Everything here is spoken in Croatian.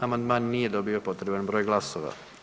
Amandman nije dobio potreban broj glasova.